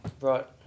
right